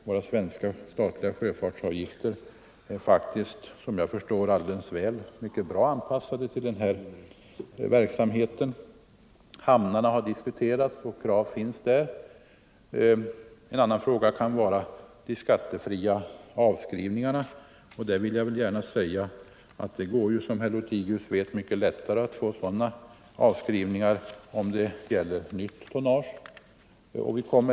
Våra svenska, statliga sjöfartsavgifter är faktiskt mycket bra anpassade till denna verksamhet. Hamnarna har diskuterats och för dem finns vissa krav. En annan fråga är de skattefria avskrivningarna. Där går det, som herr Lothigius förstår, mycket lättare om det gäller nytt tonnage.